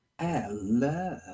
hello